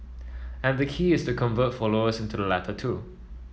and the key is to convert followers into the latter two